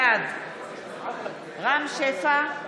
בעד רם שפע,